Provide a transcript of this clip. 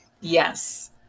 Yes